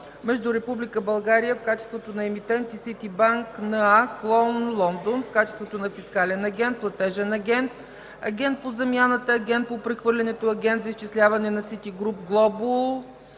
между Република България в качеството на Емитент и Ситибанк Н.А., клон Лондон, в качеството на Фискален агент, Платежен агент, Агент по замяната, Агент по прехвърлянето и Агент за изчисляване и Ситигруп Глобъл